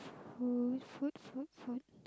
food food food food